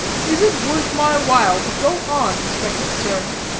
is it worth my while to go on, respected sir?